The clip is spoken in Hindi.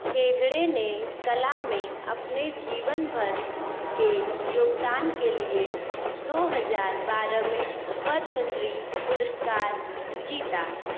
हेगड़े ने कला में अपने जीवन भर के योगदान के लिए दो हज़ार बारह में पद्मश्री पुरस्कार जीता